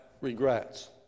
regrets